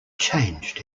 changed